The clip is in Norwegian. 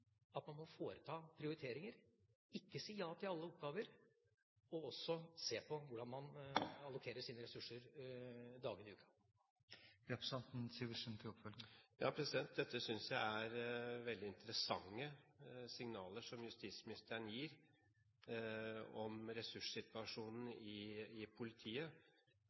at man må foreta prioriteringer og ikke si ja til alle oppgaver, og se på hvordan man allokerer sine ressurser dagene i uka. Jeg synes det er veldig interessante signaler som justisministeren gir om ressurssituasjonen i politiet,